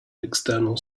external